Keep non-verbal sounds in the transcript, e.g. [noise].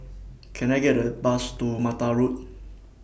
[noise] Can I Take A Bus to Mattar Road